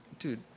Dude